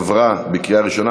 עברה בקריאה ראשונה,